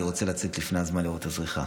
אני רוצה לצאת לפני הזמן לראות את הזריחה.